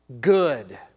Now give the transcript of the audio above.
Good